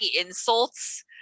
insults